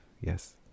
yes